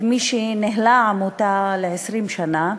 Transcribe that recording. כמי שניהלה עמותה 20 שנה,